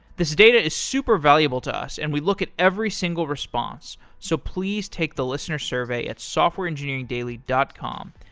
this data is super valuable to us and we'd look at every single response, so please take the listener survey at softwareengineeringdaily dot com.